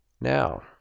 Now